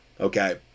okay